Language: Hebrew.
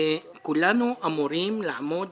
כולנו אמורים לעמוד